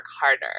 harder